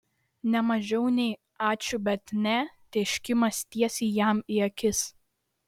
ne mažiau nei ačiū bet ne tėškimas tiesiai jam į akis